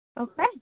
Okay